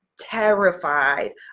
terrified